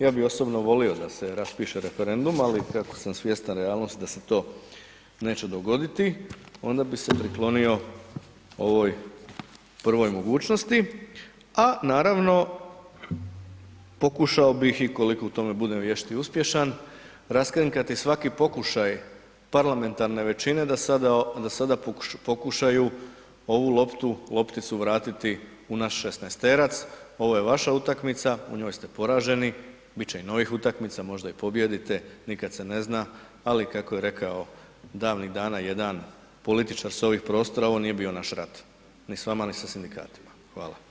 Ja bi osobno volio da se raspiše referendum, ali kako sam svjestan realnosti da se to neće dogoditi onda bi se priklonio ovoj prvoj mogućnosti, a naravno pokušao bih i koliko u tome budem vješt i uspješan, raskrinkati svaki pokušaj parlamentarne većine da sada pokušaju ovu loptu, lopticu vratiti u naš šesnaesterac, ovo je vaša utakmica, u njoj ste poraženi, bit će i novih utakmica možda i pobijedite, nikad se ne zna, ali kako je rekao davnih dana jedan političar s ovih prostora ovo nije bio naš rat, ni s vama, ni sa sindikatima.